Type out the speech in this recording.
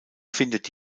findet